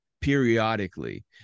periodically